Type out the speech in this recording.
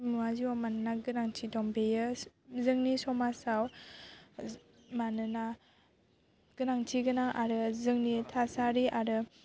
मुवा जिउआव मानोना गोनांथि दं बेयो जोंनि समाजाव मानोना गोनांथि गोनां आरो जोंनि थासारि आरो